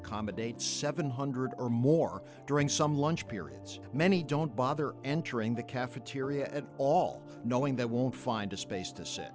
accommodate seven hundred or more during some lunch periods many don't bother entering the cafeteria at all knowing that won't find a space to say